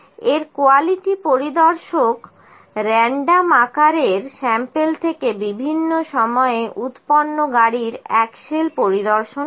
এর কোয়ালিটি পরিদর্শক random আকারের স্যাম্পেল থেকে বিভিন্ন সময়ে উৎপন্ন গাড়ির অ্যাক্সল পরিদর্শন করে